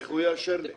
איך הוא יאשר את זה?